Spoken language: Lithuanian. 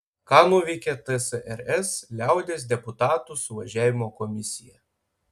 ką nuveikė tsrs liaudies deputatų suvažiavimo komisija